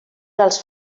als